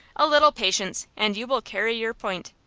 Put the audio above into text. a little patience, and you will carry your point.